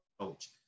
coach